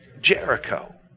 Jericho